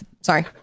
Sorry